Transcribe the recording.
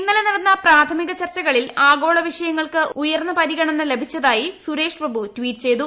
ഇന്നലെ നടിന്നു പ്രാഥമിക ചർച്ചകളിൽ ആഗോള വിഷയങ്ങൾക്ക് ഉയർന്ന പരിഗണന ലഭിച്ചതായി സുരേഷ് പ്രഭു ട്വീറ്റ് ചെയ്തു